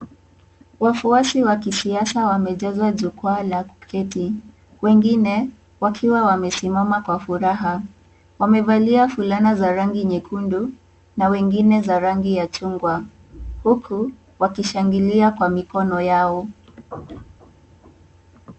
Wafuasi wa kisiasa wamejaza jukwaa la kuketi wengine wamesimama kwa furaha, wamevalia fulana za rangi nyekundu na wengine za rangi ya chungwa huku wakishangilia kwa mikono yao.